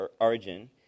origin